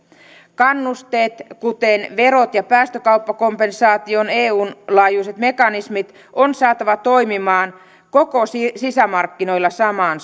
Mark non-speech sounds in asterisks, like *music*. kannusteet kuten verot ja päästökauppakompensaation eun laajuiset mekanismit on saatava toimimaan koko sisämarkkinoilla samaan *unintelligible*